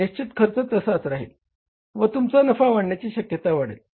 निश्चित खर्च तसाच राहील व तुमचा नफा वाढण्याची शक्यता वाढेल